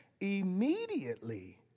immediately